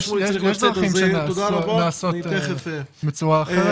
יש דרכים לעשות בצורה אחרת.